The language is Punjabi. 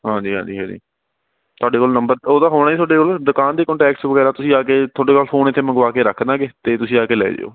ਹਾਂਜੀ ਹਾਂਜੀ ਹਾਂਜੀ ਤੁਹਾਡੇ ਕੋਲ ਨੰਬਰ ਤਾਂ ਉਹਦਾ ਹੋਣਾ ਜੀ ਤੁਹਾਡੇ ਕੋਲ ਦੁਕਾਨ ਦੇ ਕੋਂਟੈਕਟਸ ਵਗੈਰਾ ਤੁਸੀਂ ਆ ਕੇ ਤੁਹਾਡੇ ਨਾਲ ਫੋਨ ਇੱਥੇ ਮੰਗਵਾ ਕੇ ਰੱਖ ਦਾਂਗੇ ਅਤੇ ਤੁਸੀਂ ਆ ਕੇ ਲੈ ਜਿਓ